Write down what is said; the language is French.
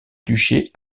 duché